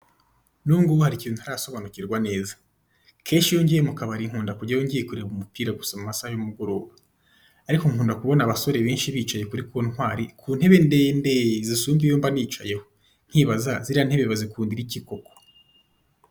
N'ubungubu hari ikintu ntarasobanukirwa neza. Kenshi iyo ngiye mu kabari nkunda kujyayo ngiye kureba umupira gusa mu masaha y'umugoroba. Ariko nkunda kubona abasore benshi bicaye kuri kontwari ku ntebe ndendeeee zisumbye iyo mbanicayeho. Nkibaza ziriya ntebe bazikundira iki koko?